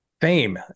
Fame